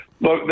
Look